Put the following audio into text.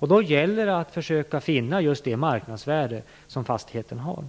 Då gäller det att försöka finna just det marknadsvärde som fastigheten har.